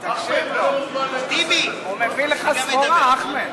תקשיב לו, הוא מביא לך סחורה, אחמד.